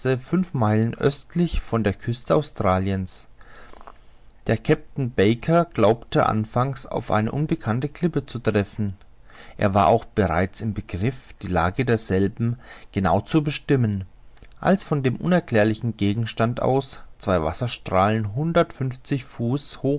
fünf meilen östlich von den küsten australiens der kapitän baker glaubte anfangs auf eine unbekannte klippe zu treffen er war auch bereits im begriff die lage derselben genau zu bestimmen als von dem unerklärlichen gegenstand aus zwei wasserstrahlen hundertundfünfzig fuß